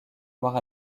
noirs